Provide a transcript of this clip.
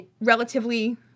relatively